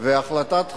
והחלטת חוק,